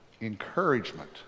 encouragement